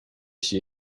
she